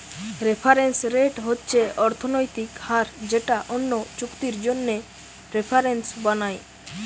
reference rate হচ্ছে অর্থনৈতিক হার যেটা অন্য চুক্তির জন্যে রেফারেন্স বানায়